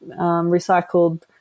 recycled